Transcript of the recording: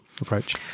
approach